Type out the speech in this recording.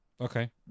Okay